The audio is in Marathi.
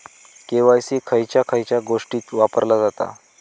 के.वाय.सी खयच्या खयच्या गोष्टीत वापरला जाता?